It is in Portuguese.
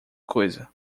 coisa